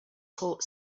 port